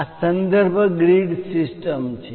આ સંદર્ભ grid system છે